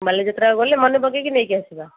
ବାଲି ଯାତ୍ରା କୁ ଗଲେ ମାନେ ପକେଇକି ନେଇକି ଆସିବା